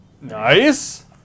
Nice